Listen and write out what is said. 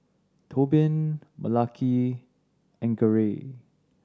Tobin Malaki and Garey